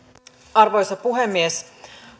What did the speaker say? arvoisa puhemies